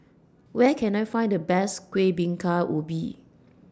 Where Can I Find The Best Kueh Bingka Ubi